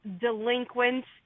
delinquents